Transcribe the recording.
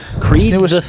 Creed